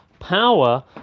Power